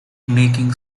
making